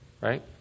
right